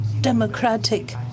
democratic